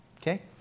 okay